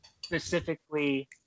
specifically